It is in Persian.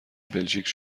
بلژیک